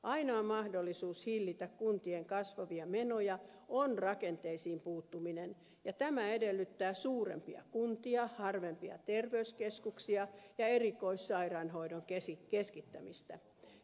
ainoa mahdollisuus hillitä kuntien kasvavia menoja on rakenteisiin puuttuminen ja tämä edellyttää suurempia kuntia harvempia terveyskeskuksia ja erikoissairaanhoidon keskittämistä